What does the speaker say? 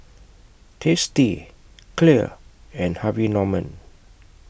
tasty Clear and Harvey Norman